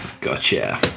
Gotcha